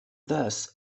thus